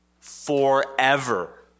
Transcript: forever